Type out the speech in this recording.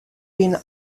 been